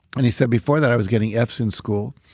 and he said, before that i was getting fs in school,